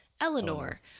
Eleanor